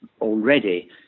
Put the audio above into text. already